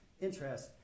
interest